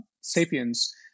sapiens